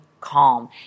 calm